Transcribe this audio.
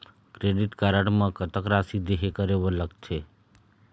Credit card म कतक राशि देहे करे बर लगथे?